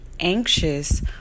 Anxious